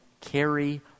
carry